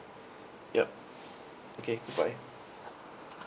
yup okay goodbye